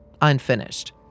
unfinished